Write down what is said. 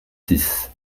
six